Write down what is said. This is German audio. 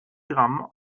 gramm